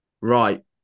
right